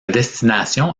destination